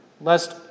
lest